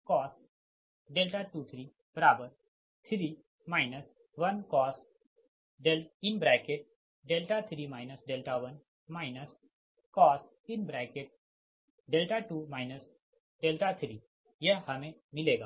cos 23 3 1cos 3 1 cos 2 3 यह हमे मिलेगा